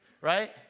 right